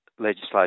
Legislation